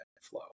flow